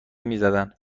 میزدن